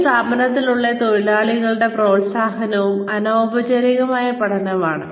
ഒരു സ്ഥാപനത്തിനുള്ളിലെ അവസരങ്ങളും പ്രോത്സാഹനവും അനൌപചാരികമായ പഠനമാണ്